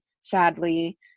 sadly